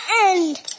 end